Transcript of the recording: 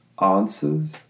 answers